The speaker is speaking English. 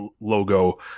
logo